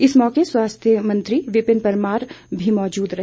इस मौके स्वास्थ्य मंत्री विपिन परमार भी मौजूद रहे